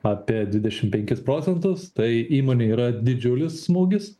apie dvidešim penkis procentus tai įmonei yra didžiulis smūgis